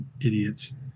idiots